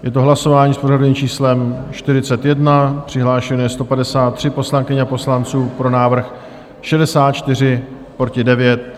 Je to hlasování s pořadovým číslem 41, přihlášeno je 153 poslankyň a poslanců, pro návrh 64, proti 9.